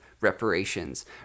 reparations